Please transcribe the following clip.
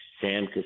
Sam